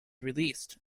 released